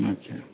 ଆଚ୍ଛା